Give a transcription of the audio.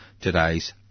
today's